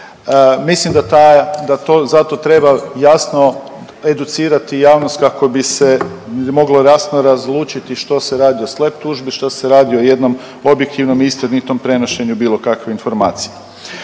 da ta, da to, za to treba jasno educirati javnost kako bi se moglo jasno razlučiti što se radi o SLAPP tužbi, što se radi o jednom objektivnom i istinitom prenošenju bilo kakve informacije